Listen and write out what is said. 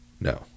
No